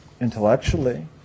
intellectually